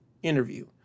interview